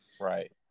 Right